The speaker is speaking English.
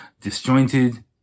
disjointed